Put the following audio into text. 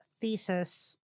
thesis